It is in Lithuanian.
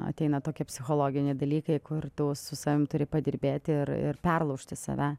ateina tokie psichologiniai dalykai kur tu su savim turi padirbėti ir ir perlaužti save